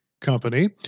company